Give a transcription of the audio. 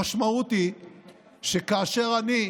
המשמעות היא שכאשר אני,